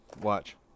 Watch